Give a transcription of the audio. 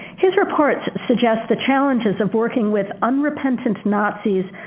his reports suggests the challenges of working with unrepentant nazis,